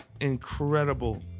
incredible